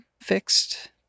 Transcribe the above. fixed